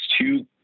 two